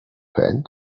hand